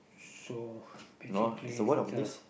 so basically it's the